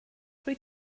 rwyt